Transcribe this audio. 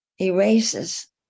Erases